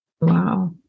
Wow